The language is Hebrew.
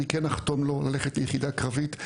אני כן אחתום לו ללכת ליחידה קרבית.